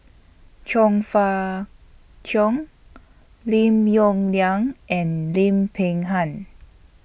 Chong Fah Cheong Lim Yong Liang and Lim Peng Han